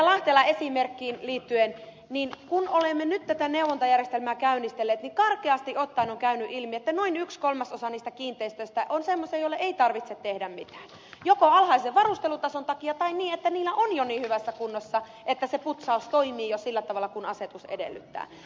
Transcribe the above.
lahtelan esimerkkiin liittyen kun olemme nyt tätä neuvontajärjestelmää käynnistelleet niin karkeasti ottaen on käynyt ilmi että noin yksi kolmasosa niistä kiinteistöistä on semmoisia joille ei tarvitse tehdä mitään joko alhaisen varustelutason takia tai niin että niillä se on jo niin hyvässä kunnossa että se putsaus toimii jo sillä tavalla kuin asetus edellyttää